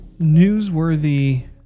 newsworthy